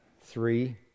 three